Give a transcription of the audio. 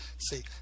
See